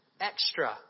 extra